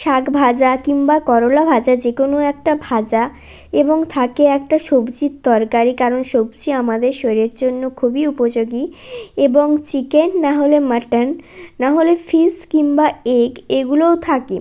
শাক ভাজা কিম্বা করলা ভাজা যে কোনো একটা ভাজা এবং থাকে একটা সব্জির তরকারি কারণ সব্জি আমাদের শরীরের জন্য খুবই উপযোগী এবং চিকেন না হলে মাটন না হলে ফিস কিম্বা এগ এগুলোও থাকে